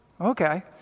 Okay